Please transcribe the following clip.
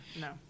No